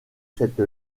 cette